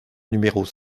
numéros